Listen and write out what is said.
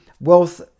wealth